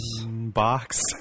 box